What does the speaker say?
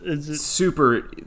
super